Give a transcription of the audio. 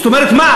זאת אומרת מה?